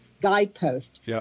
Guidepost